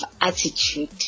attitude